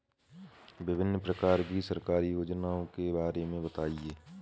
विभिन्न प्रकार की सरकारी योजनाओं के बारे में बताइए?